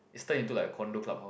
it's turned into like a condo clubhouse